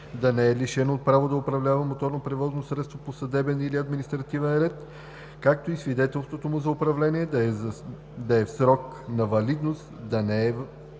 да не е лишен от право да управлява моторно превозно средство по съдебен или административен ред, както и свидетелството му за управление да е в срок на валидност, да не е временно